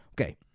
Okay